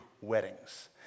weddings